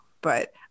but-